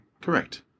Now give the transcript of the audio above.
Correct